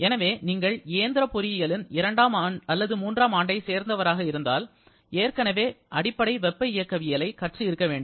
எனவே நீங்கள் இயந்திர பொறியியலின் இரண்டாம் ஆண்டு அல்லது மூன்றாம் ஆண்டைச் சேர்ந்தவராக இருந்தால் ஏற்கனவே அடிப்படை வெப்ப இயக்கவியலை கற்று இருக்க வேண்டும்